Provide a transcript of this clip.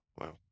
Wow